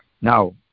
Now